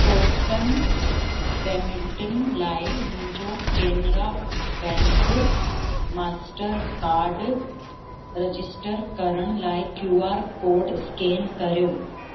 token पेमेंटुनि लाइ मुंहिंजो Canara bank Mastercard register करण लाइ क्यूआर कोड स्केन करियो